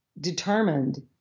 determined